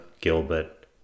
Gilbert